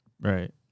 Right